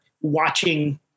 watching